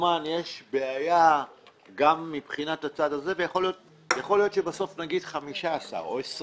יש בעיה גם מבחינת הצד הזה ויכול להיות שבסוף נגיד 15 מיליארד או 20